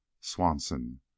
Swanson